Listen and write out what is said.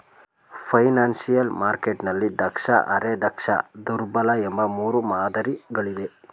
financial ಮಾರ್ಕೆಟ್ನಲ್ಲಿ ದಕ್ಷ, ಅರೆ ದಕ್ಷ, ದುರ್ಬಲ ಎಂಬ ಮೂರು ಮಾದರಿ ಗಳಿವೆ